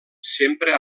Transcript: sempre